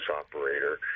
operator